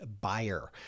buyer